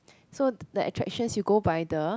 so the attractions you go by the